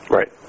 Right